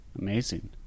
Amazing